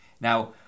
Now